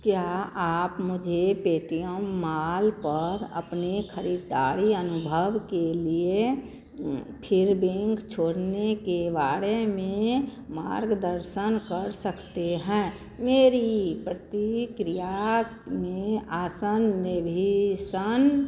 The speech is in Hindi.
क्या आप मुझे पेटीएम मॉल पर अपने खरीदारी अनुभव के लिए छोड़ने के बारे में मार्गदर्शन कर सकते हैं मेरी प्रतिक्रिया में आसन में भी सन और एक की रेटिन्ग शामिल है